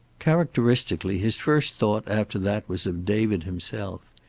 characteristically his first thought after that was of david himself.